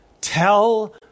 tell